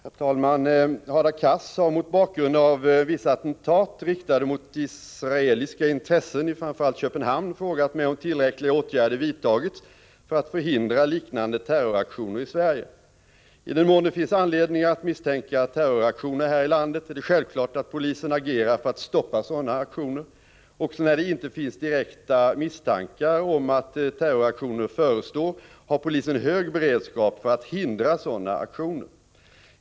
Herr talman! Hadar Cars har mot bakgrund av vissa attentat riktade mot israeliska intressen i framför allt Köpenhamn frågat mig om tillräckliga åtgärder vidtagits för att förhindra liknande terroraktioner i Sverige. I den mån det finns anledning att misstänka terroraktioner här i landet är det självklart att polisen agerar för att stoppa sådana aktioner. Också när det inte finns direkta misstankar om att terroraktioner förestår har polisen hög beredskap för att hindra sådana aktioner.